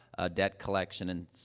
ah, debt collection and, ah,